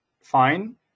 fine